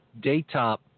Daytop